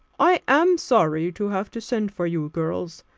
i am sorry to have to send for you, girls,